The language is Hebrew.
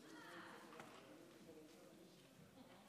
תודה,